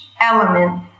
element